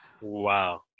Wow